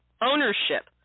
ownership